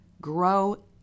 grow